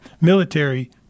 military